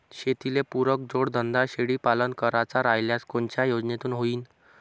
शेतीले पुरक जोडधंदा शेळीपालन करायचा राह्यल्यास कोनच्या योजनेतून होईन?